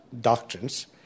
doctrines